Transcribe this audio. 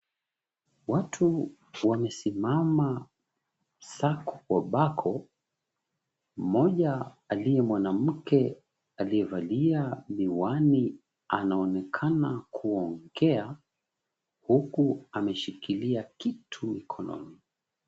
Watu wamesimama sako kwa bako. Mmoja aliye mwanamke aliyevalia miwani anaonekana kuongea huku ameshikilia kitu mkononi.